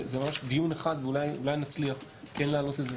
זה ממש דיון אחד ואולי נצליח כן להעלות את זה.